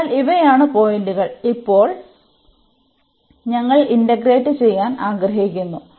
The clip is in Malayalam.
അതിനാൽ ഇവയാണ് പോയിന്റുകൾ ഇപ്പോൾ ഞങ്ങൾ ഇന്റഗ്രേറ്റ് ചെയ്യാൻ ആഗ്രഹിക്കുന്നു